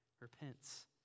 repents